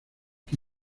que